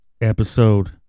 episode